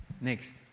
Next